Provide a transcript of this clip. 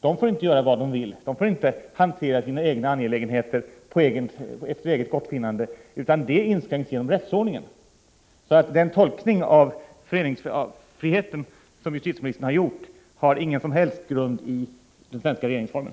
De får inte göra vad de vill; de får inte hantera sina egna angelägenheter efter eget gottfinnande — det inskränks genom rättsord 109 ningen. Den tolkning av föreningsfriheten som justitieministern har gjort har alltså ingen som helst grund i den svenska regeringsformen.